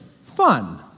fun